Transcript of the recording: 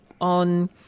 on